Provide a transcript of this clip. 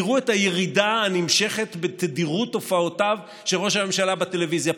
תראו את הירידה הנמשכת בתדירות הופעותיו של ראש הממשלה בטלוויזיה.